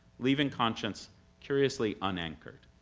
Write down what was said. leaving conscience curiously unanchored.